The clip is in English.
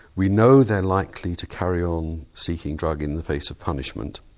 we know they are likely to carry on seeking drugs in the face of punishment,